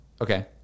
okay